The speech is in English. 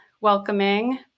welcoming